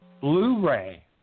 Blu-ray